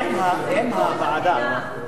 אני מציע ביקורת המדינה.